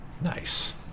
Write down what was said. Nice